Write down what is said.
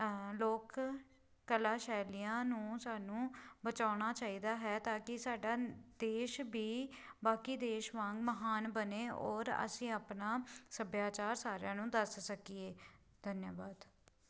ਲੋਕ ਕਲਾ ਸ਼ੈਲੀਆਂ ਨੂੰ ਸਾਨੂੰ ਬਚਾਉਣਾ ਚਾਹੀਦਾ ਹੈ ਤਾਂ ਕਿ ਸਾਡਾ ਦੇਸ਼ ਵੀ ਬਾਕੀ ਦੇਸ਼ ਵਾਂਗ ਮਹਾਨ ਬਣੇ ਔਰ ਅਸੀਂ ਆਪਣਾ ਸੱਭਿਆਚਾਰ ਸਾਰਿਆਂ ਨੂੰ ਦੱਸ ਸਕੀਏ ਧੰਨਵਾਦ